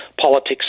politics